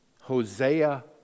Hosea